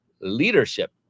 leadership